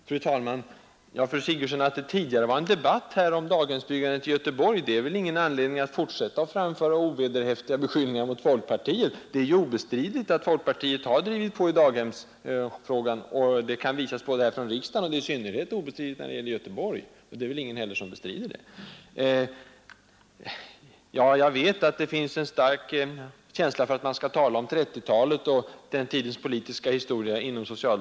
Fru talman! Den omständigheten att vi tidigare här har haft en debatt om daghemsbyggandet i Göteborg är väl ingen anledning, fru Sigurdsen, att fortsätta att rikta ovederhäftiga beskyllningar mot folkpartiet. Det är obestridligt att folkpartiet har drivit på i daghemsfrågan. Det kan bevisas här i riksdagen, och det är ännu mera klart när det gäller Göteborg. Det är väl heller ingen som förnekar den saken. Jag vet att det inom socialdemokratin finns en stark önskan att tala om 1930-talet och om den tidens politiska historia.